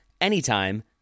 anytime